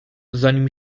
zanim